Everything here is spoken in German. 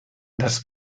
das